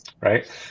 right